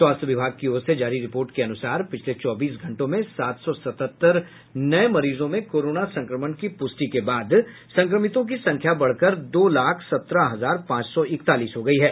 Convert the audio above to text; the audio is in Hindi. स्वास्थ्य विभाग की ओर से जारी रिपोर्ट के अनुसार पिछले चौबीस घंटों में सात सौ सतहत्तर नये मरीजों में कोरोना संक्रमण की पूष्टि के बाद संक्रमितों की संख्या बढ़कर दो लाख सत्रह हजार पांच सौ इकतालीस हो गयी है